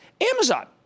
Amazon